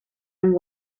and